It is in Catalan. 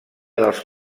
dels